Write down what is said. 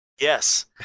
yes